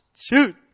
shoot